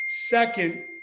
second